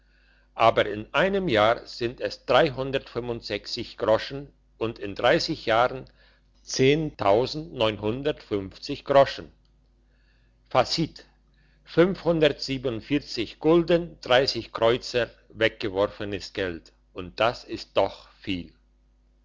aber in einem jahr sind es groschen und in dreissig jahren groschen facit gulden kreuzer weggeworfenes geld und das ist doch viel